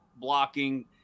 blocking